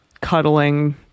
cuddling